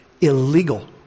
Illegal